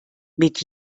mit